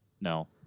No